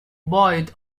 buoyed